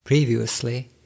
Previously